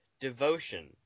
devotion